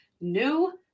new